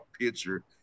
picture